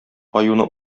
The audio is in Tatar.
аюны